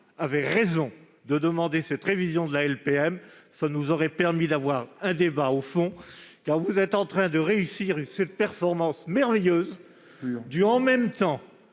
avait raison de demander cette révision de la LPM, qui nous aurait permis d'avoir un débat au fond. Vous êtes en train de réussir cette performance merveilleuse du « en même temps